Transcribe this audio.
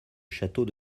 château